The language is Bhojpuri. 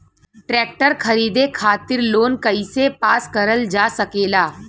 ट्रेक्टर खरीदे खातीर लोन कइसे पास करल जा सकेला?